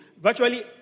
virtually